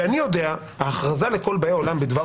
ואני יודע ההכרזה לכל באי עולם בדבר